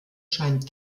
scheint